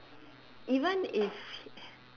like even if